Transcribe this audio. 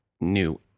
new